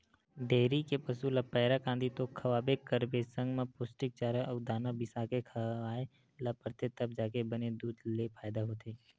dairy के पसू ल पैरा, कांदी तो खवाबे करबे संग म पोस्टिक चारा अउ दाना बिसाके खवाए ल परथे तब जाके बने दूद ले फायदा होथे